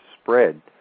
spread